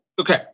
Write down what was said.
okay